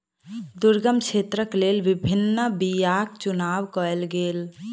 दुर्गम क्षेत्रक लेल विभिन्न बीयाक चुनाव कयल गेल